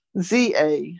ZA